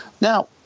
Now